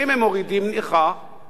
באיזו רשת?